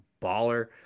baller